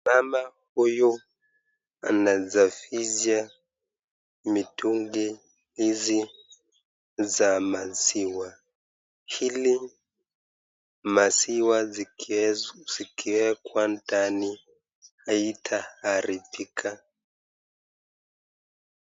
Mama huyu anasafisha mitungi hizi za maziwa ili maziwa zikiwekwa ndani haitaharibika.